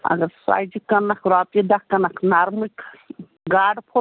اَگر سرۄجہِ کٕنَکھ رۄپیہِ دَہ کٕنَکھ نَرمٕے گاڈٕ پھوٚت